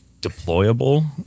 deployable